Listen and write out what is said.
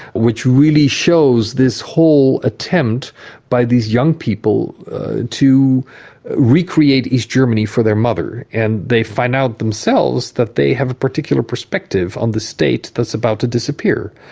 which really shows this whole attempt by these young people to recreate east germany for their mother. and they find out themselves that they have a particular perspective on the state that's about to disappear,